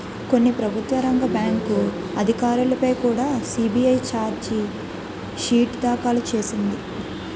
కొన్ని ప్రభుత్వ రంగ బ్యాంకు అధికారులపై కుడా సి.బి.ఐ చార్జి షీటు దాఖలు చేసింది